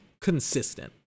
consistent